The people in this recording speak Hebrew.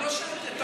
לא שאלתי.